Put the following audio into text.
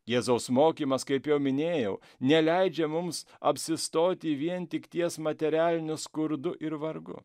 jėzaus mokymas kaip jau minėjau neleidžia mums apsistoti vien tik ties materialiniu skurdu ir vargu